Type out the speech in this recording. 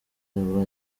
aba